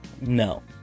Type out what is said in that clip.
no